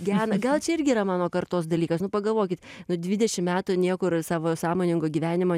gena gal čia irgi yra mano kartos dalykas nu pagalvokit nu dvidešim metų niekur savo sąmoningo gyvenimo